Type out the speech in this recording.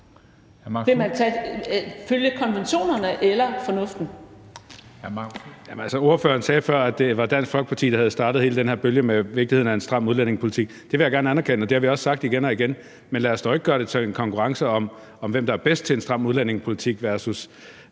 Knuth. Kl. 14:15 Marcus Knuth (KF): Jamen altså, ordføreren sagde før, at det var Dansk Folkeparti, der havde startet hele den her bølge med vigtigheden af en stram udlændingepolitik. Det vil jeg gerne anerkende, og det har vi også sagt igen og igen, men lad os dog ikke gøre det til en konkurrence om, hvem der er bedst til en stram udlændingepolitik,